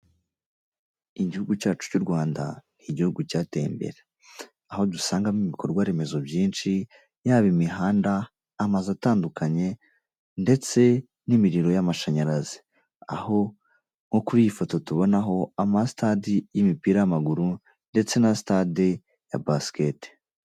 Igihugu cyacu cy'u Rwanda ni igihugu cyateye imbere, aho dusangamo ibikorwa remezo byinshi yaba imihanda, amazu atandukanye, ndetse n'imiriro y'amashanyarazi, aho nko kuri iyi foto tubona aho ama sitade y'imipira y'amaguru ndetse na sitade ya basiketiboro.